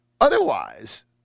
Otherwise